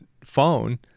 phone